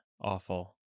awful